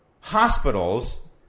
hospitals